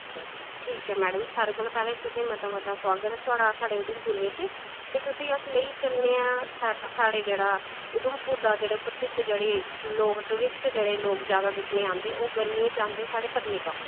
ठीक ऐ मैडम सारें कोला पैह्लें तुंदा मता मता सोआगत ऐ थुआढ़ा साढ़े ऊधमपुर बिच ते तुसेंगी अस लेई चलने आं साढ़े जेह्ड़ा ऊधमपुर दा प्रसिद्ध जेह्ड़ी लोग टुरिस्ट लोग जेह्ड़े ओह् गरमियें च आंदे ओह् आंदे पत्नीटॉप